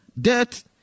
death